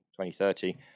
2030